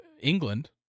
England